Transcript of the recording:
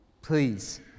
please